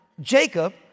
Jacob